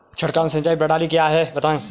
छिड़काव सिंचाई प्रणाली क्या है बताएँ?